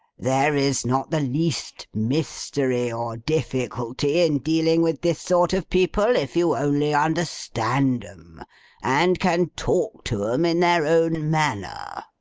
there is not the least mystery or difficulty in dealing with this sort of people if you only understand and can talk to em in their own manner.